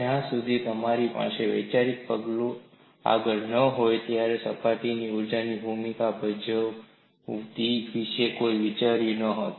જ્યાં સુધી તમારી પાસે વૈચારીક પગલું આગળ ન હોય સપાટી ઊર્જાની ભૂમિકા ભજવવાની ભૂમિકા વિશે કોઈએ વિચાર્યું ન હોત